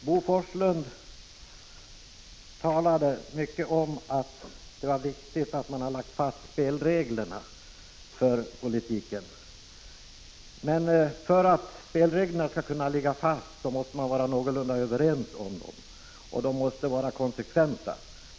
Bo Forslund talade mycket om att det är viktigt att man har lagt fast spelreglerna för politiken. Men för att spelreglerna skall kunna ligga fast, måste man vara någorlunda överens om dessa, och spelreglerna måste vara konsekventa.